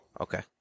okay